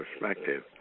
perspective